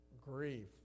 Grief